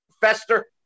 fester